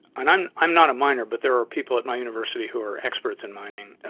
and i'm i'm not a miner but there are people at my university who are experts in mining,